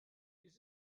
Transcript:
dies